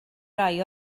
rai